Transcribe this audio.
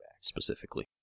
Specifically